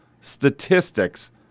statistics